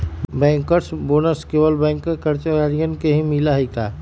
Bankers bonus केवल bank कर्मचारियन के ही मिला हई का?